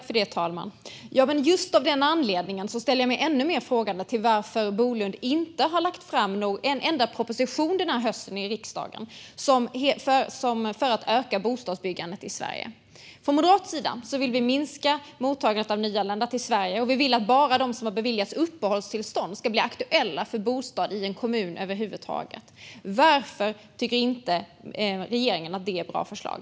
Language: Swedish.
Fru talman! Just av den anledningen ställer jag mig ännu mer frågande till varför Bolund den här hösten inte har lagt fram en enda proposition i riksdagen för att öka bostadsbyggandet i Sverige. Moderaterna vill minska mottagandet av nyanlända till Sverige, och vi vill att bara de som har beviljats uppehållstillstånd ska bli aktuella för bostad i en kommun över huvud taget. Varför tycker inte regeringen att det är ett bra förslag?